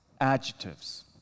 adjectives